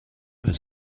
this